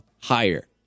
higher